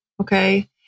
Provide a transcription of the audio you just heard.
Okay